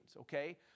okay